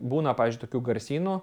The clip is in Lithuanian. būna pavyzdžiui tokių garsynų